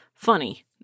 Funny